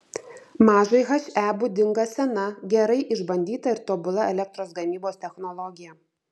mažai he būdinga sena gerai išbandyta ir tobula elektros gamybos technologija